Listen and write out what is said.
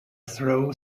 throw